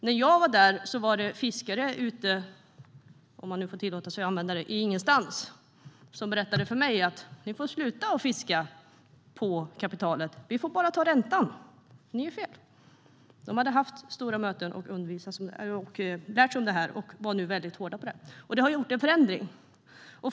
När jag var där berättade fiskare ute i ingenstans, om man nu får tillåta sig det uttrycket, för mig att ni får sluta fiska på kapitalet. Ni gör fel! Vi får bara ta räntan. De hade haft stora möten och lärt sig om det här och var nu väldigt hårda på det. Det har blivit en förändring.